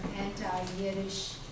anti-Yiddish